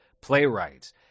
playwrights